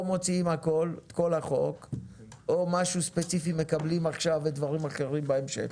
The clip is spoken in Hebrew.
או מוציאים את כל החוק או משהו ספציפי מקבלים עכשיו ודברים אחרים בהמשך.